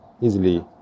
easily